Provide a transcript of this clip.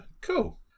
Cool